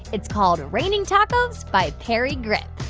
it's called raining tacos by parry gripp.